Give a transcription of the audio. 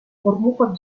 ормуков